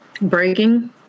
Breaking